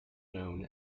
known